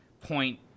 point